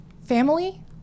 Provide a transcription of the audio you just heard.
family